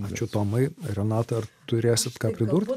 ačiū tomai renata ar turėsit ką pridurt